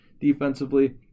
Defensively